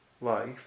life